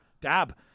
dab